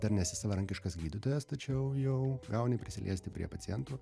dar nesi savarankiškas gydytojas tačiau jau gauni prisiliesti prie pacientų